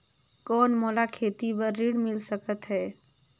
कौन मोला खेती बर ऋण मिल सकत है?